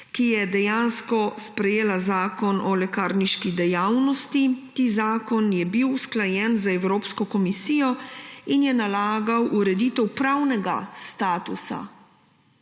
ki je dejansko sprejela Zakon o lekarniški dejavnosti. Tisti zakon je bil usklajen z Evropsko komisijo in je nalagal ureditev pravnega statusa